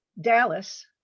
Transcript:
Dallas